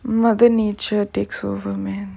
mother nature takes over man